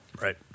Right